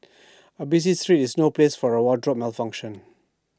A busy street is no place for A wardrobe malfunction